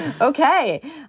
Okay